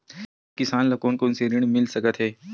एक किसान ल कोन कोन से ऋण मिल सकथे?